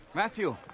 Matthew